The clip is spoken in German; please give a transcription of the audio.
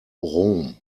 rom